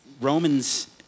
Romans